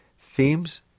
themes